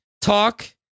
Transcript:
talk